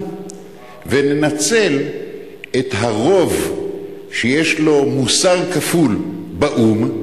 וננצל את הרוב שיש לו מוסר כפול באו"ם,